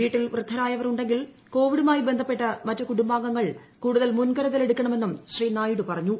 വീട്ടിൽ വൃദ്ധരായവർ ഉണ്ടെങ്കിൽ കോവിഡുമായി ബന്ധപ്പെട്ട് മറ്റു കുടുംബാംഗങ്ങൾ കൂടുതൽ മുൻകരുതൽ എടുക്കണമെന്നും ശ്രീനായിഡു പറഞ്ഞു